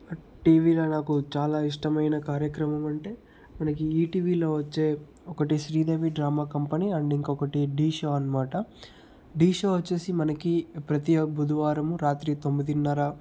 టీవీలో నాకు చాలా ఇష్టమైన కార్యక్రమం అంటే మనకి ఈటీవీలో వచ్చే ఒకటి శ్రీదేవి డ్రామా కంపెనీ అండ్ ఇంకొకటి ఢీ షో అన్నమాట ఢీ షో వచ్చేసి మనకి ప్రతి బుధవారం రాత్రి తొమ్మిదిన్నర